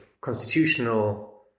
constitutional